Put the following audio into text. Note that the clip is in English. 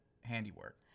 handiwork